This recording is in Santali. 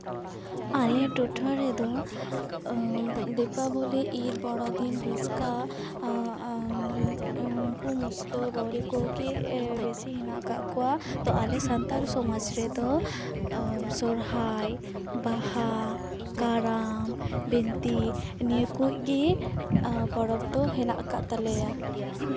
ᱟᱞᱮ ᱴᱚᱴᱷᱟ ᱨᱮᱫᱚ ᱫᱤᱯᱟᱵᱚᱞᱤ ᱤᱫᱽ ᱵᱚᱲᱚ ᱫᱤᱱ ᱵᱷᱮᱥᱠᱟ ᱩᱱᱠᱩ ᱢᱩᱥᱞᱟᱹ ᱵᱟᱣᱨᱤ ᱠᱚᱜᱮ ᱵᱮᱥᱤ ᱦᱮᱱᱟᱜ ᱠᱟᱜ ᱠᱚᱣᱟ ᱛᱚ ᱟᱞᱮ ᱥᱟᱱᱛᱟᱲ ᱥᱚᱢᱟᱡᱽ ᱨᱮᱫᱚ ᱥᱚᱨᱦᱟᱭ ᱵᱟᱦᱟ ᱠᱟᱨᱟᱢ ᱵᱚᱱᱛᱤ ᱱᱤᱭᱟᱹ ᱠᱚᱜᱮ ᱯᱚᱨᱚᱵᱽ ᱫᱚ ᱦᱮᱱᱟᱜ ᱠᱟᱜ ᱛᱟᱞᱮᱭᱟ